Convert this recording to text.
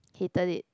hated it